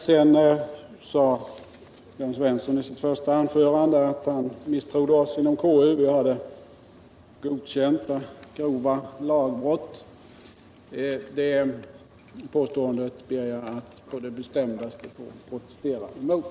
Sedan sade Jörn Svensson i sitt första anförande att han misstrodde oss inom KU -— vi skulle ha godkänt grova lagbrott. Det påståendet ber jag att på det bestämdaste få protestera mot.